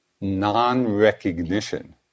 non-recognition